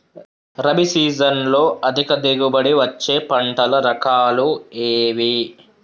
రబీ సీజన్లో అధిక దిగుబడి వచ్చే పంటల రకాలు ఏవి?